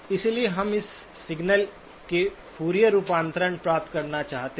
इसलिए हम इस सिग्नल के फूरियर रूपांतरण प्राप्त करना चाहते हैं